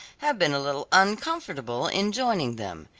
have been a little uncomfortable in joining them.